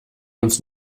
uns